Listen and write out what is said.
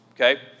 okay